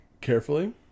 Carefully